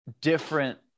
different